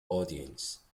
audience